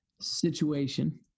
situation